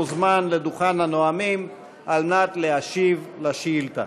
מוזמן לדוכן הנאומים על מנת להשיב על השאילתה.